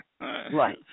Right